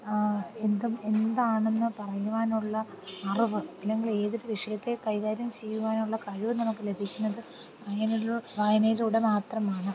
എന്തും എന്താണെന്ന് പറയുവാനുള്ള അറിവ് ഇല്ലെങ്കിൽ ഏതൊരു വിഷയത്തെ കൈകാര്യം ചെയ്യുവാനുള്ള കഴിവ് നമുക്ക് ലഭിക്കുന്നത് വായനയിലൂടെ വായനയിലൂടെ മാത്രമാണ്